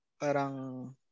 parang